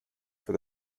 for